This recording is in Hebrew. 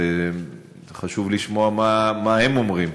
אז זה חשוב לשמוע מה הם אומרים